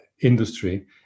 industry